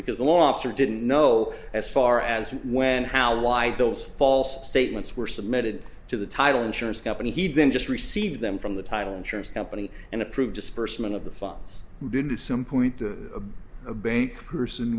law officer didn't know as far as when how wide those false statements were submitted to the title insurance company he'd then just received them from the title insurance company and approved disbursement of the funds didn't some point to a bank person